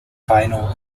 final